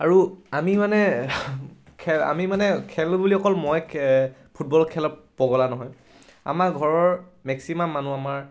আৰু আমি মানে আমি মানে খেলো বুলি অকল মই ফুটবল খেলত পগলা নহয় আমাৰ ঘৰৰ মেক্সিমাম মানুহ আমাৰ